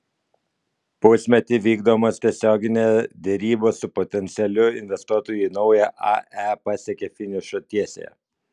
pusmetį vykdomos tiesioginė derybos su potencialiu investuotoju į naują ae pasiekė finišo tiesiąją